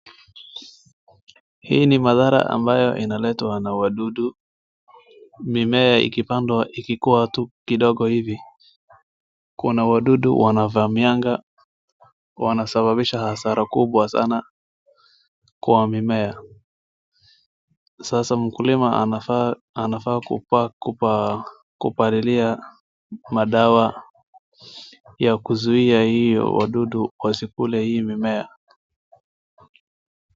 Hii ni madhara ambayo inaletwa na wadudu. Mimea ikipandwa ikikuwa tu kidogo hivi, kuna wadudu wanavamianga wanasababisha hasara kubwa sana kwa mimea. Sasa mkulima anafaa, anafaa kupaa, kupaa, kupalilia madawa ya kuzuia hiyo wadudu wasikule hii mimea.